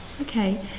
Okay